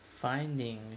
finding